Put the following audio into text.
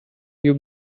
you